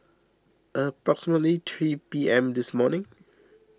approximately three P M this morning